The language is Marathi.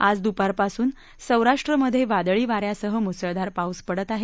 आज दुपारपासून सौराष्ट्रामधे वादळीवा यासह मुसळधार पाऊस पडत आहे